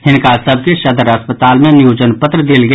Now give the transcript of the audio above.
हिनका सभ के सदर अस्पताल मे नियोजन पत्र देल गेल